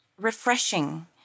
refreshing